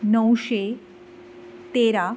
णवशें तेरा